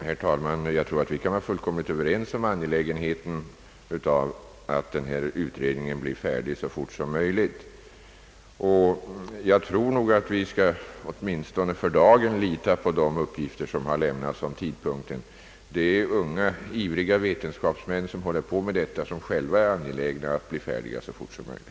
Herr talman! Jag tror att vi kan vara fullständigt överens om angelägenheten av att denna utredning blir färdig så fort som möjligt. Jag tror att vi åtminstone för dagen skall lita på de uppgifter som lämnats om tidpunkten. Det är unga, ivriga vetenskapsmän som håller på med detta arbete och som själva är angelägna att bli färdiga så fort som möjligt.